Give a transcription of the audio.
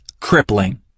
crippling